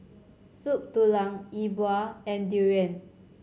Soup Tulang E Bua and durian